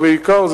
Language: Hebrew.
ובעיקר,